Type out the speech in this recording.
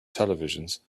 televisions